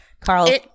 Carl